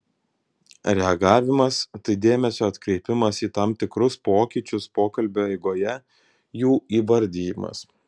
reagavimas tai dėmesio atkreipimas į tam tikrus pokyčius pokalbio eigoje jų įvardijimas